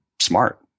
smart